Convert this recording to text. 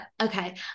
Okay